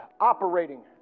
operating